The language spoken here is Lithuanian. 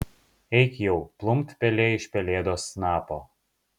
eik jau plumpt pelė iš pelėdos snapo